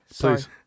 Please